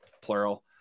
plural